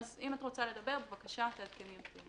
אז אם את רוצה לדבר, בבקשה, תעדכני אותי.